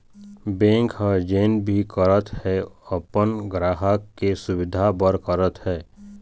bank ह जेन भी करत हे अपन गराहक के सुबिधा बर करत हे